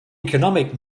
economic